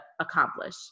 accomplish